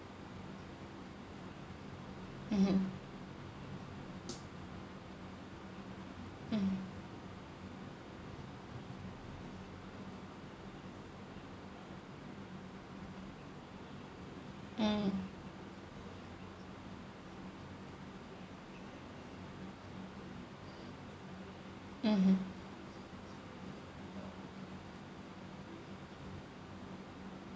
mmhmm mm mm mmhmm